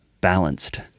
balanced